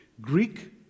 Greek